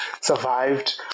survived